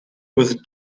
with